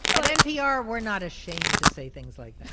at npr, we're not ashamed to say things like